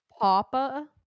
papa